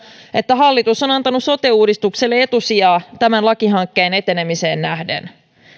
että hallitus on antanut sote uudistukselle etusijaa tämän lakihankkeen etenemiseen nähden